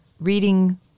Reading